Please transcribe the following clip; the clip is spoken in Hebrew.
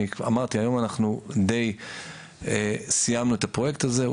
אמרתי, היום אנחנו די סיימנו את הפרויקט הזה.